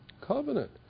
Covenant